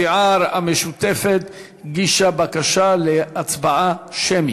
הסיעה הרשימה המשותפת הגישה בקשה להצבעה שמית.